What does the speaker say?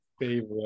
favorite